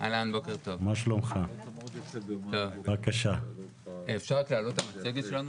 אשמח להציג בכמה דקות רקע להצעת החוק,